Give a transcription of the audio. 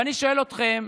ואני שואל אתכם,